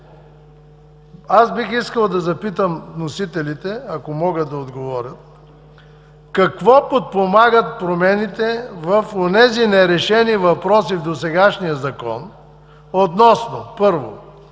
Аз бих искал да запитам вносителите, ако могат да отговорят: какво подпомагат промените в онези нерешени въпроси в досегашния Закон относно: Първо,